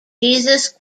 jesus